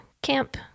Camp